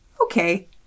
Okay